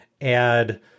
add